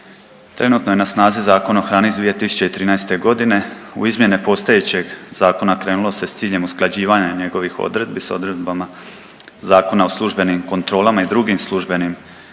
trenutno je na snazi Zakon o hrani iz 2013.g. U izmjene postojećeg zakona krenulo se s ciljem usklađivanja njegovih odredbi s odredbama Zakona o službenim kontrolama i drugim službenim aktivnostima